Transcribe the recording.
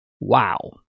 Wow